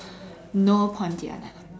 no pontianak